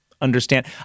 understand